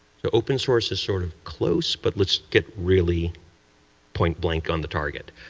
the open source is sort of close, but let's get really point blank on the target.